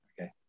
Okay